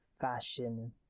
fashion